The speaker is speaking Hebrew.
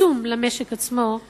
עצום למשק עצמו,